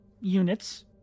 units